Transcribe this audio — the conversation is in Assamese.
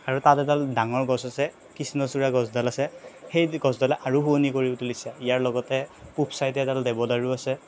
আৰু তাত এডাল ডাঙৰ গছ আছে কৃষ্ণচূড়া গছডাল আছে সেই গছডালেও আৰু শুৱনি কৰি তুলিছে ইয়াৰ লগতে পূৱ চাইডে এডাল দেৱদাৰু আছে